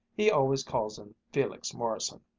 he always calls in felix morrison.